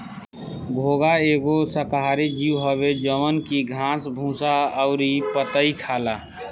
घोंघा एगो शाकाहारी जीव हवे जवन की घास भूसा अउरी पतइ खाला